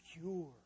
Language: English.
pure